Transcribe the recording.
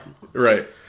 Right